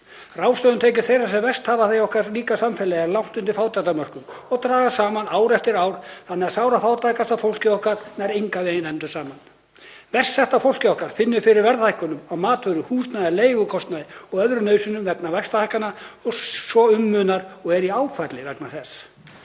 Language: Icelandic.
Ráðstöfunartekjur þeirra sem verst hafa það í okkar ríka samfélagi eru langt undir fátæktarmörkum og dragast saman ár eftir ár þannig að sárafátækasta fólkið okkar nær engan veginn endum saman. Best setta fólkið okkar finnur fyrir verðhækkunum á matvöru, húsnæði, leigukostnaði og öðrum nauðsynjum vegna vaxtahækkana svo um munar og er í áfalli vegna þess.